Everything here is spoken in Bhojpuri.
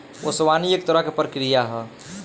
ओसवनी एक तरह के प्रक्रिया ह